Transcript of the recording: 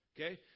Okay